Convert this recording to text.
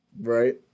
Right